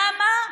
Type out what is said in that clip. למה?